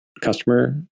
customer